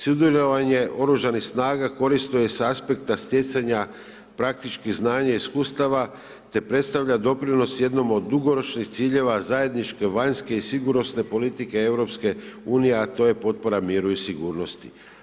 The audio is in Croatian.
Sudjelovanje oružanih snaga koristuje s aspekta stjecanja praktički znanja i iskustava, te predstavlja doprinos jednom od dugoročnih ciljeva zajedničke vanjske i sigurnosne politike EU, a to je potpora miru i sigurnosti.